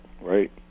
right